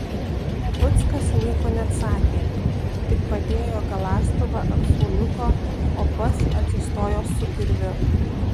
revuckas nieko neatsakė tik padėjo galąstuvą ant suoliuko o pats atsistojo su kirviu